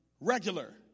regular